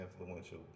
influential